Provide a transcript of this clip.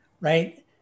right